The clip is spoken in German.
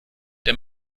der